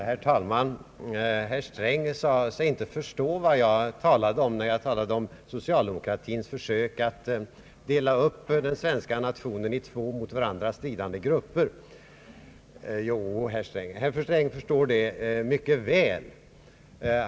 Herr talman! Herr Sträng sade sig inte förstå vad jag talade om när jag talade om socialdemokratins försök att dela upp den svenska nationen i två mot varandra stridande grupper. Det förstår nog herr Sträng i och för sig mycket väl.